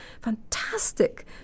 fantastic